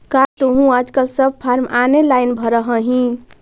का तुहूँ आजकल सब फॉर्म ऑनेलाइन भरऽ हही?